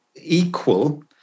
equal